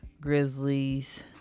Grizzlies